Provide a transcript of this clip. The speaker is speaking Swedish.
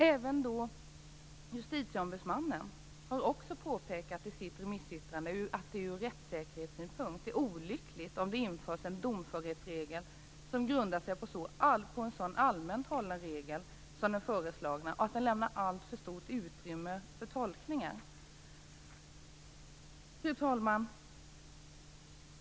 Även justitieombudsmannen har i sitt remissyttrande påpekat att det ur rättssäkerhetssynpunkt är olyckligt om det införs en domförhetsregel som grundar sig på en så allmänt hållen regel som den föreslagna, och att den lämnar alltför stort utrymme åt tolkningar. Fru talman!